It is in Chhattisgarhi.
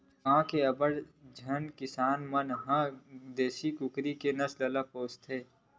गाँव के अब्बड़ झन किसान मन ह घर म देसी नसल के कुकरी ल पोसथे